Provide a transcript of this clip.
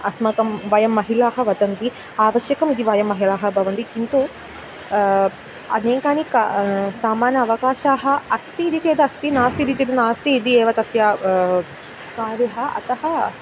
अस्माकं वयं महिलाः वदन्ति आवश्यकम् इति वयं महिलाः भवन्ति किन्तु अनेकानि का समान अवकाशाः अस्ति इति चेदस्ति नास्ति इति चेत् नास्ति इति एव तस्य कार्यम् अतः